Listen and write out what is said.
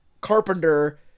carpenter